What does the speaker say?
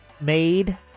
made